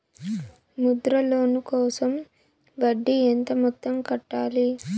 Mudra loan కోసం వడ్డీ ఎంత మొత్తం కట్టాలి